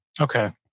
Okay